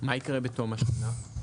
מה יקרה בתום השנה?